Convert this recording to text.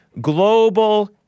Global